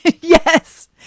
Yes